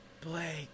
Blake